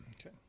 okay